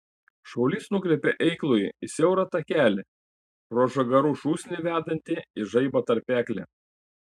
šaulys nukreipė eiklųjį į siaurą takelį pro žagarų šūsnį vedantį į žaibo tarpeklį